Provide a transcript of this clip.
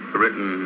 written